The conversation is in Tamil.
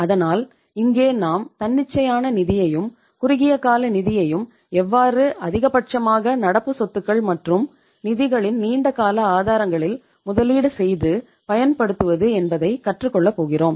அதனால் இங்கே நாம் தன்னிச்சையான நிதியையும் குறுகிய கால நிதியையும் எவ்வாறு அதிகபட்சமாக நடப்பு சொத்துக்கள் மற்றும் நிதிகளின் நீண்டகால ஆதாரங்களில் முதலீடு செய்து பயன்படுத்துவது என்பதை கற்றுக் கொள்ளப் போகிறோம்